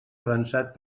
avançat